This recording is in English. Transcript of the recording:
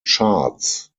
charts